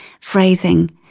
phrasing